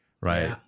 right